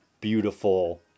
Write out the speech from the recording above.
beautiful